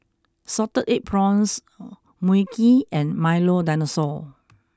Salted Egg Prawns Mui Kee and Milo Dinosaur